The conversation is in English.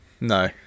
No